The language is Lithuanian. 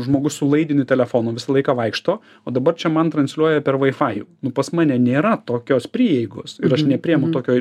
žmogus su laidiniu telefonu visą laiką vaikšto o dabar čia man transliuoja per vaifajų nu pas mane nėra tokios prieigos ir aš nepriemu tokio